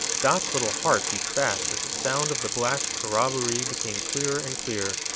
dot's little heart beat fast as the sound of the blacks' corroboree became clearer and clearer,